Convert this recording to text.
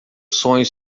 sonho